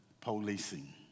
policing